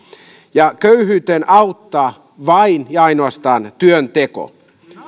köyhyyteen auttaa vain ja ainoastaan työnteko